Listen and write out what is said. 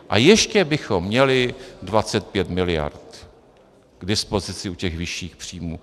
A ještě bychom měli 25 mld. k dispozici u těch vyšších příjmů.